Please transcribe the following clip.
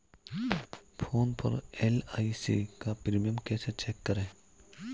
Phone पर LIC का premium कैसे चेक करें?